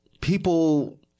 people